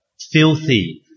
filthy